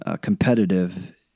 competitive